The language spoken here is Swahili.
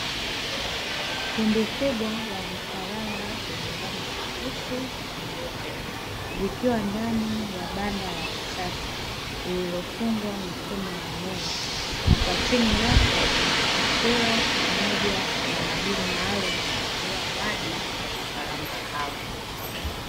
Kundi kubwa la vifaranga vyenye rangi nyeusi na nyeupe, vikiwa ndani ya banda la kisasa lililofungwa mifumo ya umeme, na kwa chini yake kuna chakula pamoja na madumu maalumu ya kunywea maji kwa vifaranga hao.